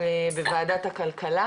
אבל אני חושבת שבנושאים שיש כאן,